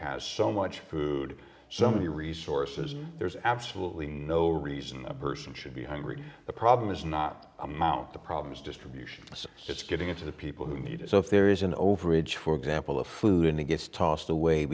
has so much food so many resources there's absolutely no reason a person should be hungry the problem is not amount the problem is distribution so just getting it to the people who need it so if there is an overage for example of food and it gets tossed away